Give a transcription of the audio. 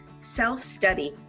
self-study